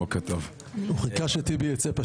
הוא חיכה שטיבי ייצא.